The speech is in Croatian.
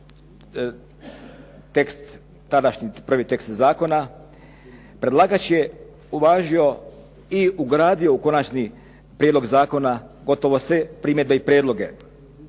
tadašnji prvi tekst zakona predlagač je uvažio i ugradio u konačni prijedlog zakona gotovo sve primjedbe i prijedloge.